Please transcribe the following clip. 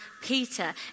Peter